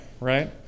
right